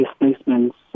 displacements